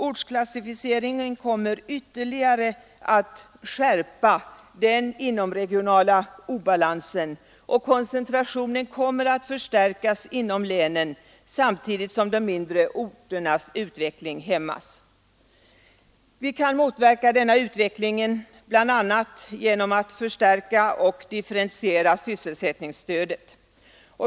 Ortsklassificeringen kommer ytterligare att skärpa den inomregionala obalansen, och koncentrationen kommer att förstärkas inom länen samtidigt som de mindre orternas utveckling hämmas. Denna utveckling kan motverkas bl.a. genom att man förstärker och differentierar sysselsättningsstödet.